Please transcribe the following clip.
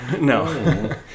no